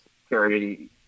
security